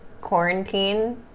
quarantine